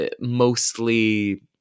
mostly